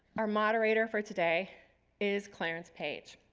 our moderator for today is clarence page,